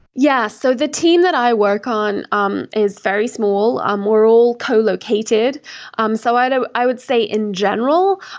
yeah. so the team that i work on um is very small. um we're all collocated. um so and i would say, in general,